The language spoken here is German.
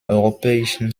europäischen